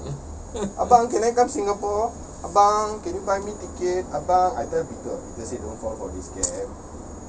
abang can I come singapore abang can you buy me ticket abang I tell peter peter say don't fall for this scam